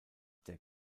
der